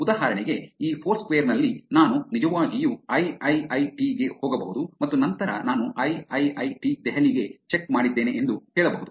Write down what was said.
ಉದಾಹರಣೆಗೆ ಈ ಫೋರ್ಸ್ಕ್ವೇರ್ ನಲ್ಲಿ ನಾನು ನಿಜವಾಗಿಯೂ ಐಐಐಟಿ ಗೆ ಹೋಗಬಹುದು ಮತ್ತು ನಂತರ ನಾನು ಐಐಐಟಿ ದೆಹಲಿ ಗೆ ಚೆಕ್ ಮಾಡಿದ್ದೇನೆ ಎಂದು ಹೇಳಬಹುದು